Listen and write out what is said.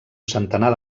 centenar